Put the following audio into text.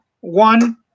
one